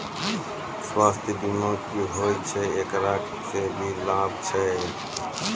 स्वास्थ्य बीमा की होय छै, एकरा से की लाभ छै?